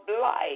life